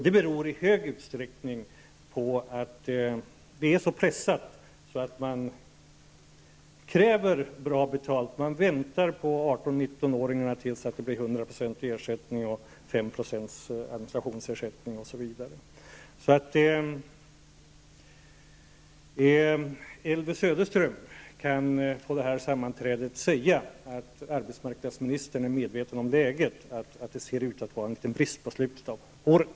Det beror i hög utsträckning på att situationen är så pressad att en bra betalning krävs. Man väntar ut 18 till 19 åringarna till dess det blir 100 % ersättning för dem, Elvy Söderström kan på sammanträdet säga, att arbetsmarknadsministern är medveten om läget och att det råder en brist i kassan i slutet av året.